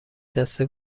دسته